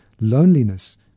loneliness